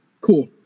cool